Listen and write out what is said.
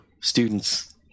students